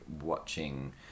watching